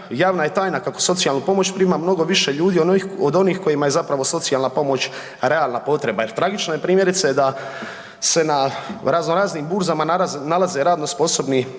javna je tajna kako socijalnu pomoć prima mnogo više ljudi od onih kojima je zapravo socijalna pomoć realna potreba jer tragično je primjerice da se na razno raznim burzama nalaze radno sposobni